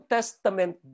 Testament